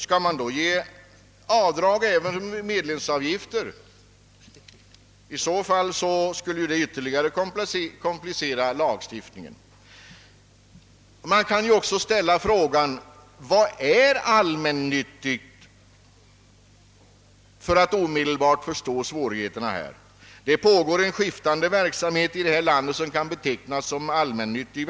Skall man då-ge: avdrag för medlemsavgifter? I så fall skulle det ytterligare komplicera lagstiftningen. Man kan också fråga vad som menas med »allmännyttig» för att omedelbart förstå svårigheterna. Det pågår en skiftande verksamhet i detta land som kan betecknas som allmännyttig.